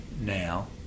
now